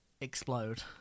explode